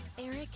Eric